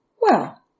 Well